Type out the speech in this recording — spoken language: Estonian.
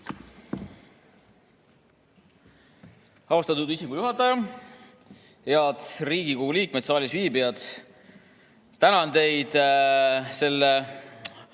Austatud istungi juhataja! Head Riigikogu liikmed, saalis viibijad! Tänan teid selle